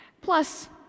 Plus